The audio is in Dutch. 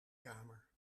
kamer